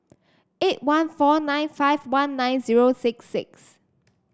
eight one four nine five one nine zero six six